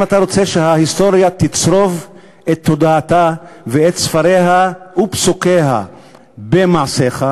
אם אתה רוצה שההיסטוריה תצרוב את תודעתה ואת ספריה ופסוקיה במעשיך,